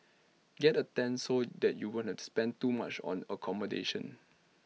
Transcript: get A tent so that you won't spend too much on accommodation